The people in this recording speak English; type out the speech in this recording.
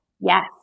Yes